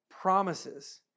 promises